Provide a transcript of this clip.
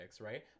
right